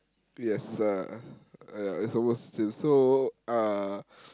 yes uh ah is the worst still so uh